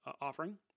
offering